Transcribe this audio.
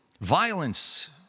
violence